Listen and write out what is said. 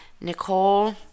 Nicole